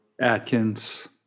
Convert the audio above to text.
Atkins